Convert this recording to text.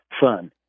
fun